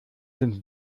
sind